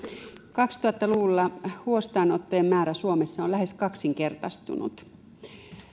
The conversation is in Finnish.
kaksituhatta luvulla huostaanottojen määrä on suomessa lähes kaksinkertaistunut